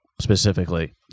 specifically